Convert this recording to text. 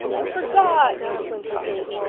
i forgot, whimpered davy.